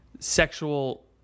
Sexual